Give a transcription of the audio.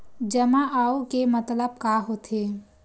जमा आऊ के मतलब का होथे?